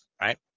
right